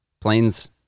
Planes